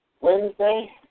Wednesday